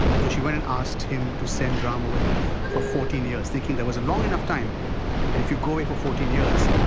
and so she went and asked him to send ram away for fourteen years thinking that was a long enough time, that if you go away for fourteen years,